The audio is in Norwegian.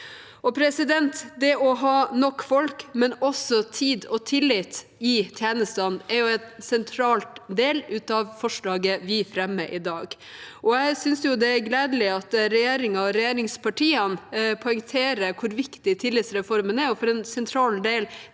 til. Det å ha nok folk, men også tid og tillit i tjenestene er en sentral del av forslaget vi fremmer i dag. Jeg synes det er gledelig at regjeringen og regjeringspartiene poengterer hvor viktig tillitsreformen er, og hvilken sentral del